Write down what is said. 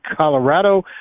Colorado